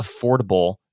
affordable